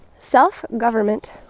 Self-government